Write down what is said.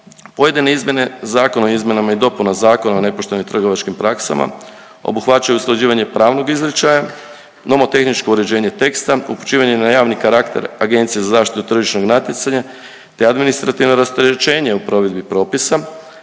Pojedine izmjene Zakona o izmjenama i dopuna Zakona o nepoštenim trgovačkim praksama obuhvaćaju usklađivanje pravnog izričaja, nomotehničko uređenje teksta, upućivanje na javni karakter Agencije za zaštitu tržišnog natjecanja te administrativno rasterećenje u provedbi propisa,